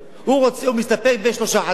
הוא מסתפק בשלושה חדרים,